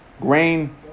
Grain